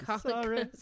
Sorry